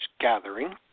gathering